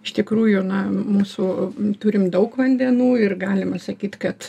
iš tikrųjų na mūsų turim daug vandenų ir galima sakyt kad